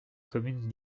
commune